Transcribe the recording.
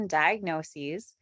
diagnoses